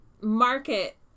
market